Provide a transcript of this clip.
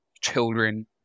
children